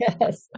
Yes